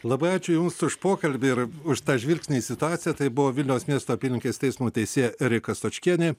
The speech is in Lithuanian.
labai ačiū jums už pokalbį ir už tą žvilgsnį į situaciją tai buvo vilniaus miesto apylinkės teismo teisėja erika stočkienė